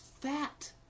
fat